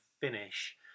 finish